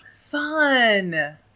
Fun